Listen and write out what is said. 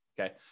okay